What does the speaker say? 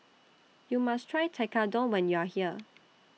YOU must Try Tekkadon when YOU Are here